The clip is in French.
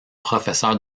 professeur